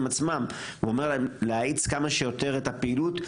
עצמם ואומר להם: להאיץ כמה שיותר את הפעילות.